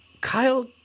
Kyle